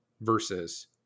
versus